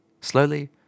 Slowly